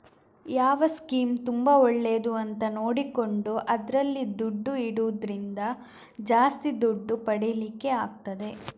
ಯಾವ ಸ್ಕೀಮ್ ತುಂಬಾ ಒಳ್ಳೇದು ಅಂತ ನೋಡಿಕೊಂಡು ಅದ್ರಲ್ಲಿ ದುಡ್ಡು ಇಡುದ್ರಿಂದ ಜಾಸ್ತಿ ದುಡ್ಡು ಪಡೀಲಿಕ್ಕೆ ಆಗ್ತದೆ